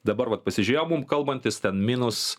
dabar vat pasižiūrėjau mum kalbantis ten minus